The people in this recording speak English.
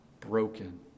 broken